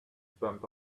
bump